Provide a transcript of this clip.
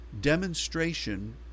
demonstration